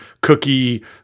cookie